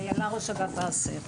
ראש אגף האסיר,